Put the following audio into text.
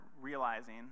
realizing